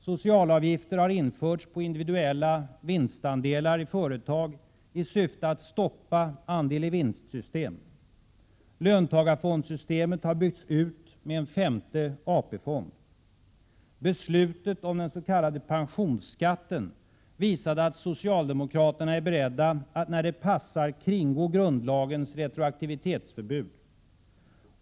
Socialavgifter har införts på individuella vinstandelar i företag i syfte att stoppa andel-i-vinst-system. Löntagarfondssystemet har byggts på med en femte AP-fond. Beslutet om dens.k. pensionsskatten visade att socialdemokraterna är beredda att när det passar kringgå grundlagens retroaktivitetsförbud.